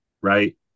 right